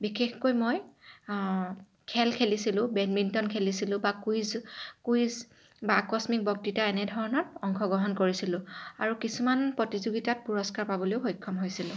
বিশেষকৈ মই খেল খেলিছিলোঁ বেডমিণ্টন খেলিছিলোঁ বা কুইজ কুইজ বা আকস্মিক বক্তৃতা এনেধৰণৰ অংশগ্ৰহণ কৰিছিলোঁ আৰু কিছুমান প্ৰতিযোগিতাত পুৰস্কাৰ পাবলৈয়ো সক্ষম হৈছিলোঁ